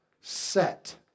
set